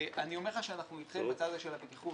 ואני אומר לך שאנחנו איתכם בצד הזה של הבטיחות,